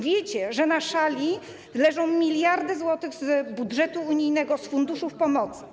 Wiecie, że na szali leżą miliardy złotych z budżetu unijnego, z funduszów pomocy.